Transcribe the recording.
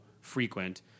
frequent